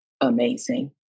amazing